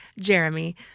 Jeremy